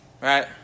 Right